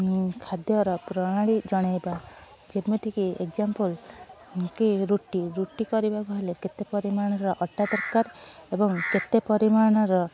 ଖାଦ୍ୟର ପ୍ରଣାଳୀ ଜଣାଇବା ଯେମିତି କି ଏକ୍ସାମ୍ପୁଲ୍ କି ରୁଟି ରୁଟି କରିବାକୁ ହେଲେ କେତେ ପରିମାଣର ଅଟା ଦରକାର ଏବଂ କେତେ ପରିମାଣର